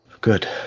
good